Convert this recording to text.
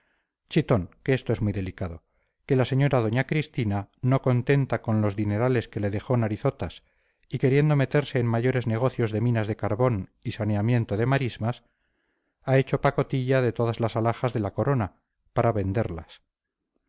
chitón que esto es muy delicado que la señora doña cristina no contenta con los dinerales que le dejó narizotas y queriendo meterse en mayores negocios de minas de carbón y saneamiento de marismas ha hecho pacotilla de todas las alhajas de la corona para venderlas